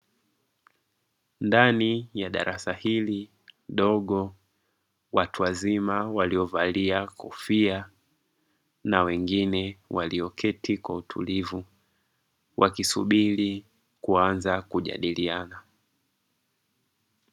Ndani ya darasa hili dogo, watu wazima waliovalia kofia na wengine walioketi kwa utulivu, wakisubiri kuanza kujadiliana.